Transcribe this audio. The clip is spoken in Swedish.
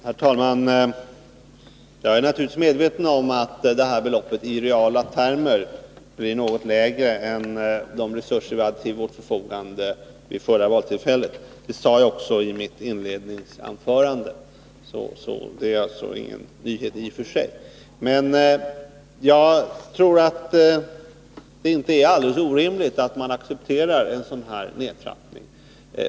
Herr talman! Jag är naturligtvis medveten om att detta belopp i reala termer blir något lägre än de resurser som vi ställde till förfogande vid det förra valtillfället. Det sade jag också i mitt inledningsanförande, varför det inte är någon nyhet i och för sig. Men jag tror inte att det är alldeles orimligt att acceptera en sådan nedtrappning.